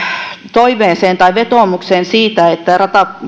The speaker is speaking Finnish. toiveeseen tai vetoomukseen siitä että